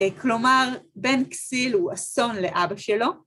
כלומר, בן כסיל הוא אסון לאבא שלו.